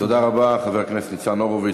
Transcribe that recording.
תודה רבה, חבר הכנסת ניצן הורוביץ.